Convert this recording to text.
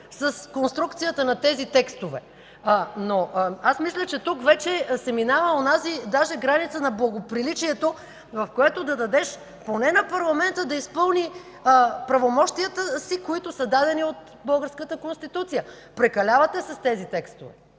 с конструкцията на тези текстове. Но аз мисля, че тук се минава даже онази граница на благоприличието, в която да дадеш поне на парламента да изпълни правомощията си, които са дадени от българската Конституция. Прекалявате с тези текстове!